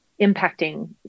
impacting